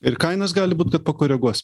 ir kainas gali būt kad pakoreguos